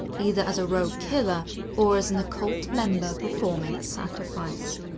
either as a rogue killer or as an occult member performing a sacrifice.